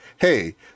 hey